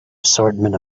assortment